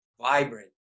vibrant